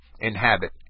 inhabit